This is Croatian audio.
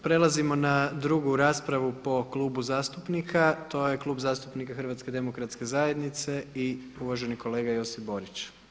Prelazimo na drugu raspravu po klubu zastupnika to je Klub zastupnika HDZ-a i uvaženi kolega Josip Borić.